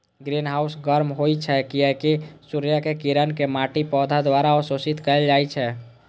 greenhouse गर्म होइ छै, कियैकि सूर्यक किरण कें माटि, पौधा द्वारा अवशोषित कैल जाइ छै